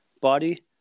body